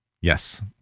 Yes